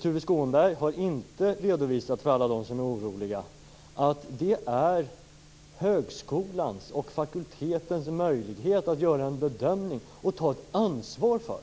Tuve Skånberg har inte för alla dem som är oroliga redovisat att högskolan och fakulteten har möjlighet att göra en bedömning och ta ett ansvar för